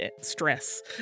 stress